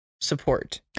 support